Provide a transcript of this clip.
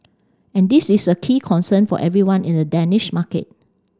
and this is a key concern for everyone in the Danish market